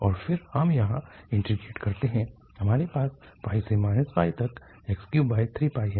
और फिर हम यहाँ इंटीग्रेट करते हैं हमारे पास से तक x33 है